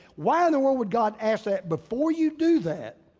why in the world would god ask that? before you do that,